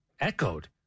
Echoed